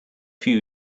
few